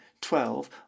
twelve